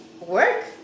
work